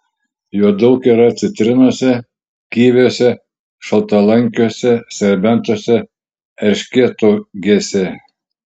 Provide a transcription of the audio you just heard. jo daug yra citrinose kiviuose šaltalankiuose serbentuose erškėtuogėse